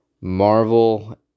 Marvel